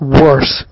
worse